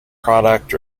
product